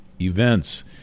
events